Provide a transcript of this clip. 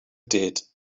did